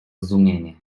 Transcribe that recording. zdumienie